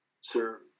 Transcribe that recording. Sir